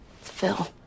Phil